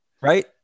Right